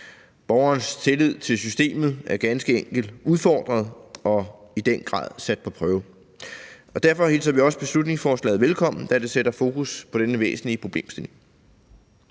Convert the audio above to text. Borgerens tillid til systemet er ganske enkelt udfordret og i den grad sat på en prøve. Derfor hilser vi også beslutningsforslaget velkommen, da det sætter fokus på denne væsentlige problemstilling.